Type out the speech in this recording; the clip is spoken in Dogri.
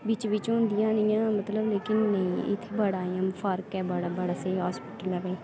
बिच्च बिच्च होंदियां होनियां लेकिन नेईं इत्थै बड़ा इ'यां फर्क ऐ बड़ा बड़ा स्हेई हास्पिटल